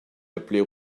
appelée